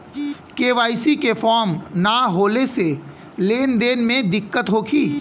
KYC के form न होले से लेन देन में दिक्कत होखी?